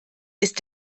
ist